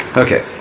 okay.